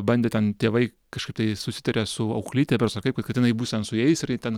bandė ten tėvai kažkaip tai susitarė su auklyte berods ar kaip kad kad jinai bus ten su jais ir ji ten